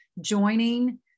joining